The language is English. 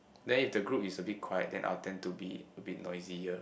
then if the group is a bit quiet then I will tend to be a bit noisier